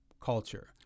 culture